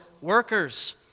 workers